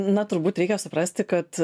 na turbūt reikia suprasti kad